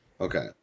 Okay